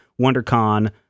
WonderCon